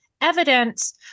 evidence